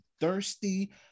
thirsty